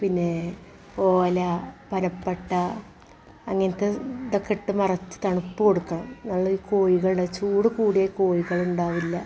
പിന്നെ ഓല പനപ്പട്ട അങ്ങനത്തെ ഇതൊക്കെ ഇട്ട് മറച്ച് തണുപ്പ് കൊടുക്കണം നമ്മൾ കോഴികളുടെ ചൂട് കൂടിയാൽ കോഴികളുണ്ടാവില്ല